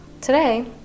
Today